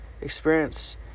experience